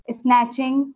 snatching